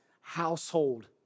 household